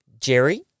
Jerry